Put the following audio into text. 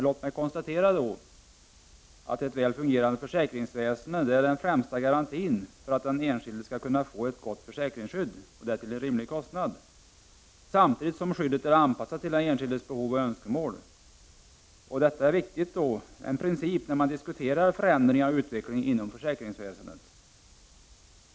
Låt mig konstatera att ett väl fungerande försäkringsväsende är den främsta garantin för att den enskilde skall kunna få ett gott försäkringsskydd till en rimlig kostnad, samtidigt som skyddet är anpassat till den enskildes behov och önskemål. Detta är en viktig princip när man diskuterar förändringar och utveckling inom försäkringsväsendet.